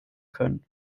können